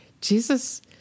Jesus